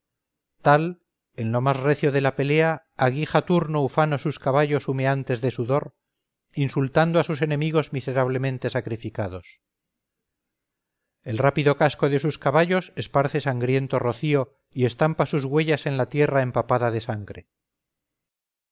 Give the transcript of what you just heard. tal en lo más recio de la pelea aguija turno ufano sus caballos humeantes de sudor insultando a sus enemigos miserablemente sacrificados el rápido casco de sus caballos esparce sangriento rocío y estampa sus huellas en la tierra empapada de sangre